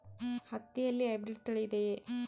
ಹತ್ತಿಯಲ್ಲಿ ಹೈಬ್ರಿಡ್ ತಳಿ ಇದೆಯೇ?